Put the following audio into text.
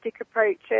approaches